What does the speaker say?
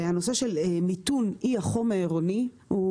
והנושא של מיתון אי החום העירוני הוא